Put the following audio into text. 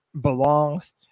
belongs